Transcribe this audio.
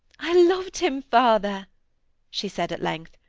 i loved him, father she said at length,